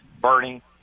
Bernie